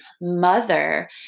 mother